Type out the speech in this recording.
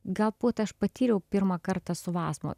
galbūt aš patyriau pirmą kartą su vasmo